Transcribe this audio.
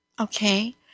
Okay